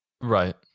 right